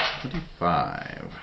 Twenty-five